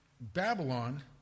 Babylon